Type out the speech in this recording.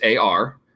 AR